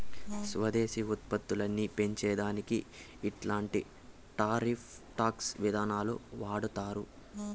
స్వదేశీ ఉత్పత్తులని పెంచే దానికి ఇట్లాంటి టారిఫ్ టాక్స్ విధానాలు వాడతారు